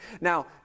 Now